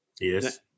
yes